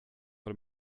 vor